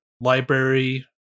library